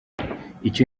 icyo